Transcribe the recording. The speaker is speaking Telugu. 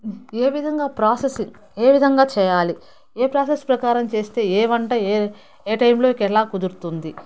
ఏ విధంగా ప్రాసెసింగ్ ఏ విధంగా చేయాలి ఏ ప్రొసెస్ ప్రకారంగా చేస్తే ఏ వంట ఏ ఏ టైంలో ఎలా కుదురుతుంది